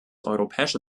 europäische